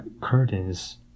curtains